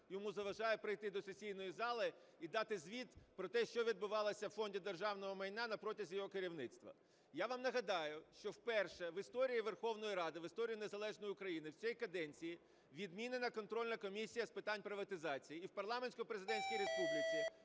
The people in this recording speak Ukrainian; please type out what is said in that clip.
йому заважає прийти до сесійної зали і дати звіт про те, що відбувалося в Фонді державного майна на протязі його керівництва? Я вам нагадаю, що вперше в історії Верховної Ради, в історії незалежної України, в цій каденції відмінена Контрольна комісія з питань приватизації і в парламентсько-президентській республіці